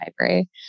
Library